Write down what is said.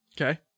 Okay